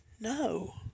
no